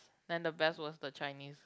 and the best was the Chinese